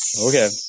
Okay